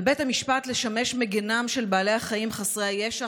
"על בית המשפט לשמש מגינם של בעלי החיים חסרי הישע,